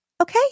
okay